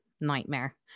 nightmare